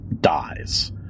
dies